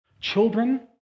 Children